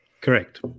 Correct